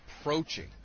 approaching